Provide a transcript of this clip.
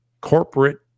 corporate